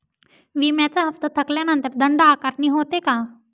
विम्याचा हफ्ता थकल्यानंतर दंड आकारणी होते का?